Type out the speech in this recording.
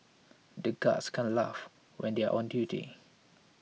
the guards can't laugh when they are on duty